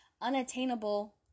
unattainable